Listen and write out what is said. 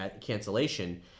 cancellation